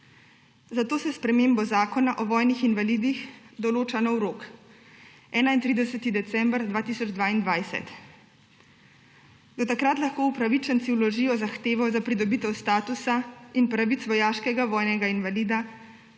Zato se s spremembo zakona o vojnih invalidih določa nov rok, 31. december 2022. Do takrat lahko upravičenci vložijo zahtevo za pridobitev statusa in pravic vojaškega vojnega invalida